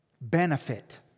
benefit